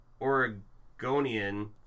Oregonian